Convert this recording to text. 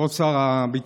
כבוד שר הביטחון,